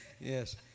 Yes